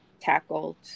tackled